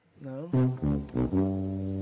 No